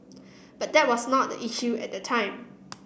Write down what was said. but that was not the issue at that time